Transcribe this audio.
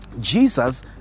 Jesus